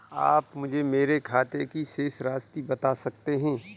आप मुझे मेरे खाते की शेष राशि बता सकते हैं?